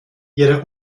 ihre